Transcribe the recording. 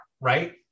right